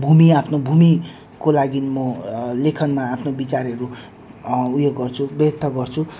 भूमि आफ्नो भूमिको लागि म लेखनमा आफ्नो विचारहरू उयो गर्छु व्यक्त गर्छु